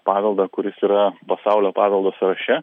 paveldą kuris yra pasaulio paveldo sąraše